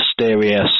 mysterious